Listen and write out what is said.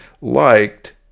liked